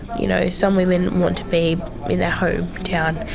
you know, some women want to be in their home town,